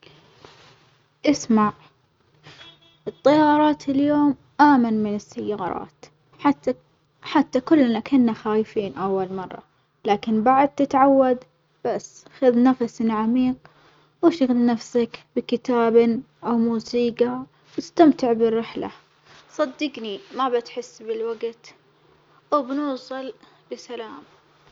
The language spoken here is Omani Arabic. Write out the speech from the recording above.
اسمع الطيارات اليوم أّمن من السيارات حتى حتى كلنا كنا خايفين أول مرة، لكن بعد تتعود بس خذ نفس عميق واشغل نفسك بكتاب أو موسيجى واستمتع بالرحلة، صدجني ما بتحس بالوجت وبنوصل بسلام.